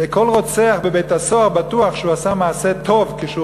כל רוצח בבית-הסוהר בטוח שהוא עשה מעשה טוב כשהוא